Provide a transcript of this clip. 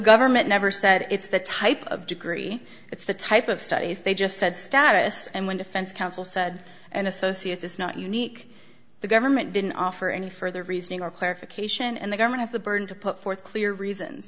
government never said it's the type of degree it's the type of studies they just said status and when defense counsel said an associate is not unique the government didn't offer any further reasoning or clarification and the government has the burden to put forth clear reason